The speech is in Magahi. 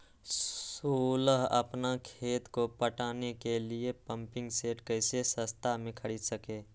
सोलह अपना खेत को पटाने के लिए पम्पिंग सेट कैसे सस्ता मे खरीद सके?